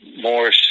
more